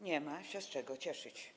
Nie ma się z czego cieszyć.